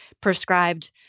prescribed